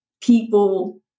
people